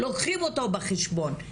לוקחים אותו בחשבון,